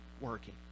working